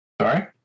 Sorry